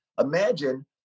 imagine